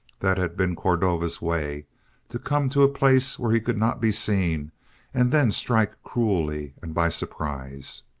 that had been cordova's way to come to a place where he could not be seen and then strike cruelly and by surprise.